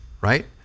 Right